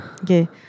Okay